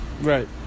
Right